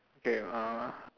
okay uh